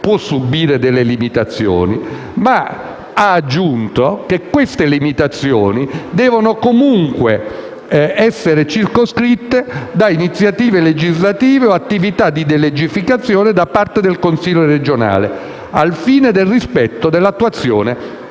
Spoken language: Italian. possa subire limitazioni, ma ha aggiunto che queste devono comunque essere circoscritte a iniziative legislative o attività di delegificazione da parte del Consiglio regionale al fine del rispetto dell'attuazione